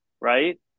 right